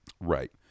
Right